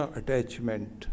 attachment